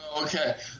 Okay